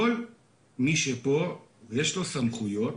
כל מי שפה יש לו סמכויות,